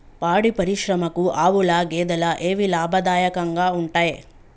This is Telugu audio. పాడి పరిశ్రమకు ఆవుల, గేదెల ఏవి లాభదాయకంగా ఉంటయ్?